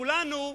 כולנו,